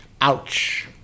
Ouch